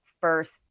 first